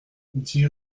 dix